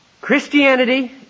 Christianity